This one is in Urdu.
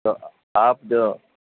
تو آپ جو